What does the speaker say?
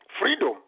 Freedom